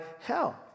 hell